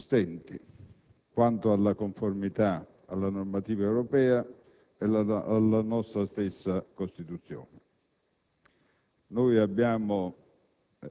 Questo decreto - sul quale ci pronunciamo oggi - era segnato da qualche peccato originale.